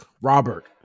Robert